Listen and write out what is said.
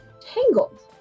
tangled